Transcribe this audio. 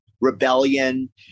rebellion